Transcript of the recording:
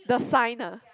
the sign ah